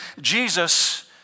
Jesus